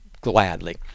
gladly